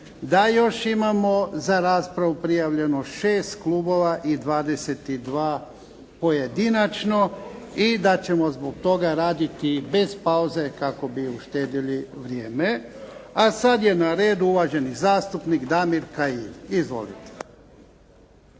da još imamo za raspravu prijavljeno 6 klubova i 22 pojedinačno, i da ćemo zbog toga raditi bez pauze kako bi uštedili vrijeme. A sad je na redu uvaženi zastupnik Damir Kajin. Izvolite.